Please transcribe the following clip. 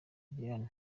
doriane